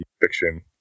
fiction